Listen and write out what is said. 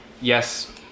Yes